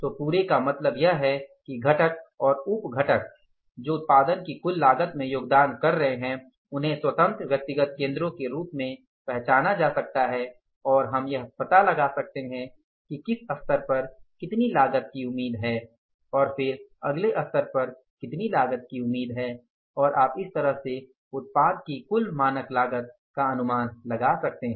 तो पूरे का मतलब यह है कि घटक और उप घटक जो उत्पादन की कुल लागत में योगदान कर रहे हैं उन्हें स्वतंत्र व्यक्तिगत केंद्रों के रूप में पहचाना जा सकता है और हम यह पता लगा सकते हैं कि किस स्तर पर कितनी लागत की उम्मीद है और फिर अगले स्तर पर कितनी लागत की उम्मीद है और आप इस तरह से उत्पाद की कुल मानक लागत का अनुमान लगा सकते हैं